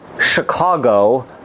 Chicago